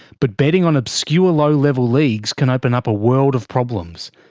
but betting on obscure low level leagues can open up a world of problems,